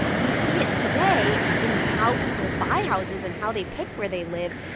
you see it today in how people buy houses and how they pick where they live.